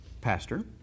Pastor